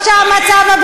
את מעוותת את המציאות.